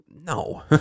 No